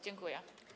Dziękuję.